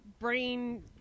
brain